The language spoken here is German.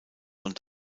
und